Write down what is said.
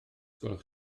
gwelwch